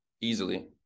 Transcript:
easily